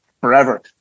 forever